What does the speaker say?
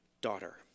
daughter